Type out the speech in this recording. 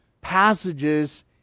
passages